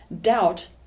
Doubt